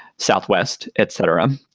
southwest, etc.